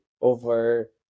over